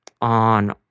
on